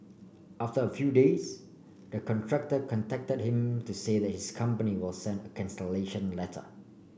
after a few days the contractor contacted him to say that his company will send a letter